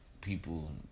people